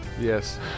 yes